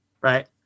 right